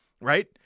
right –